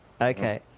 Okay